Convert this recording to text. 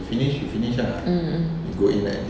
mm mm